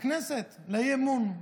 לכנסת, לאי-אמון?